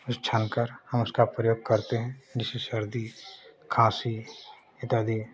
छान कर हम उसका प्रयोग करते हैं जिससे सर्दी खाँसी इत्यादि